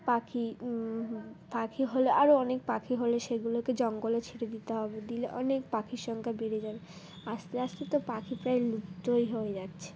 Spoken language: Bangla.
পাখি পাখি হলে আরও অনেক পাখি হলে সেগুলোকে জঙ্গলে ছেড়ে দিতে হবে দিলে অনেক পাখির সংখ্যা বেড়ে যাবে আস্তে আস্তে তো পাখি প্রায় লুপ্তই হয়ে যাচ্ছে